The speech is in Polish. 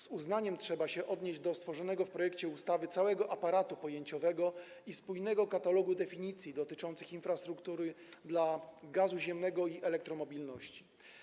Z uznaniem trzeba się odnieść do stworzonego w projekcie ustawy całego aparatu pojęciowego i spójnego katalogu definicji dotyczących infrastruktury dla gazu ziemnego i elektromobilności.